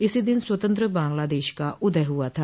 इसी दिन स्वतंत्र बांग्लादेश का उदय हुआ था